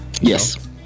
Yes